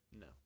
no